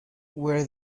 where